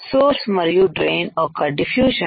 source మరియు drain యొక్క diffusion